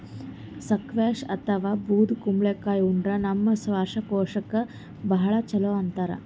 squash ಅಥವಾ ಬೂದ್ ಕುಂಬಳಕಾಯಿ ಉಂಡ್ರ ನಮ್ ಶ್ವಾಸಕೋಶಕ್ಕ್ ಭಾಳ್ ಛಲೋ ಅಂತಾರ್